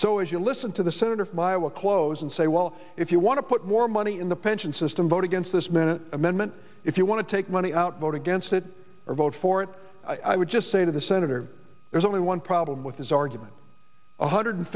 so as you listen to the senator from iowa close and say well if you want to put more money in the pension system vote against this minute amendment if you want to take money out vote against it or vote for it i would just say to the senator there's only one problem with this argument one hundred